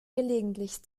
gelegentlich